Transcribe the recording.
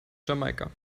jamaica